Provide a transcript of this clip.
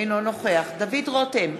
אינו נוכח דוד רותם,